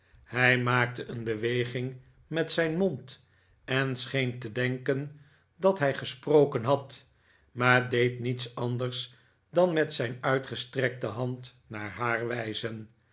hij maakte een beweging met zijn mond en scheen te denken dat hij gesproken had maar deed niets anders dan met zijn uitgestrekte hand naar haar wijzen